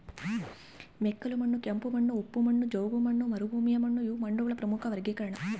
ಮೆಕ್ಕಲುಮಣ್ಣು ಕೆಂಪುಮಣ್ಣು ಉಪ್ಪು ಮಣ್ಣು ಜವುಗುಮಣ್ಣು ಮರುಭೂಮಿಮಣ್ಣುಇವು ಮಣ್ಣುಗಳ ಪ್ರಮುಖ ವರ್ಗೀಕರಣ